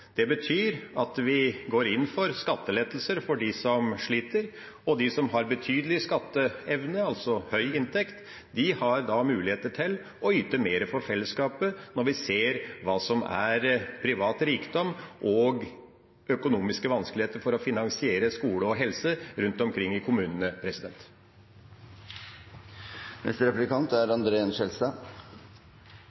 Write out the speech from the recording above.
Det betyr at vi går inn for skattelettelse for dem som sliter, og de som har betydelig skatteevne, altså høy inntekt, har mulighet til å yte mer for fellesskapet, når vi ser på privat rikdom og økonomiske vanskeligheter med å finansiere skole- og helsetilbud rundt omkring i kommunene.